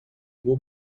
его